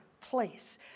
place